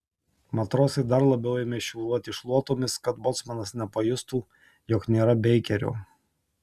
matrosai dar labiau ėmė šiūruoti šluotomis kad bocmanas nepajustų jog nėra beikerio